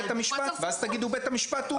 עוד פעם בית המשפט ואז תגידו שבית המשפט הוא